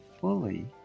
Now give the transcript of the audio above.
fully